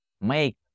make